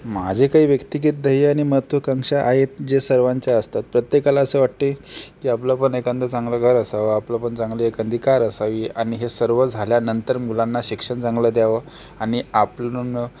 माझे काही व्यक्तिगत ध्येय आणि महत्त्वाकांक्षा आहेत जे सर्वांच्या असतात प्रत्येकाला असं वाटतं आहे की आपलं पण एखादं चांगलं घर असावं आपलं चांगलं एखादी कार असावी आणि हे सर्व झाल्यानंतर मुलांना शिक्षण चांगलं द्यावं आणि आपण